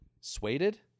Suede